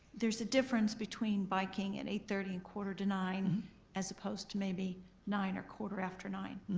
there's a difference between biking at eight thirty and quarter to nine as opposed to maybe nine or quarter after nine.